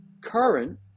current